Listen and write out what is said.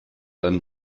einen